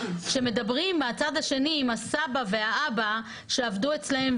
שמדברים בצד השני עם הסבא והאבא שעבדו אצלם,